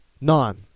Nine